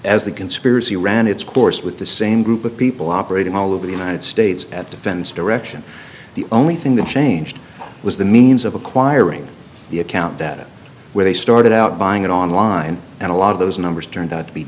the conspiracy ran its course with the same group of people operating all over the united states at defense direction the only thing that changed was the means of acquiring the account that where they started out buying it online and a lot of those numbers turned out to be